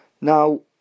now